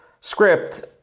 script